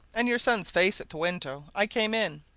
and your son's face at the window, i came in.